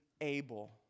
able